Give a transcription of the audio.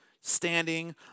standing